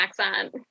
accent